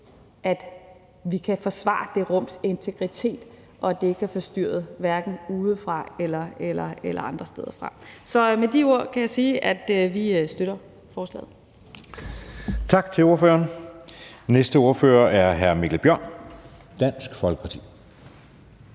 at vi kan forsvare det rums integritet, og at det ikke bliver forstyrret, hverken udefra eller andre steder fra. Så med de ord kan jeg sige, at vi støtter forslaget. Kl. 12:02 Anden næstformand (Jeppe Søe): Tak til ordføreren. Næste ordfører er hr. Mikkel Bjørn, Dansk Folkeparti.